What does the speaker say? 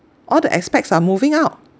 all the expats are moving out